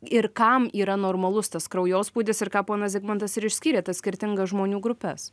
ir kam yra normalus tas kraujospūdis ir ką ponas zigmantas ir išskyrė tas skirtingas žmonių grupes